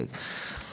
שמפקח עליו באופן ישיר,